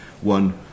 one